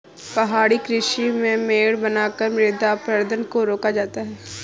पहाड़ी कृषि में मेड़ बनाकर मृदा अपरदन को रोका जाता है